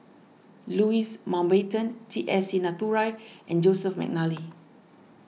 Louis Mountbatten T S Sinnathuray and Joseph McNally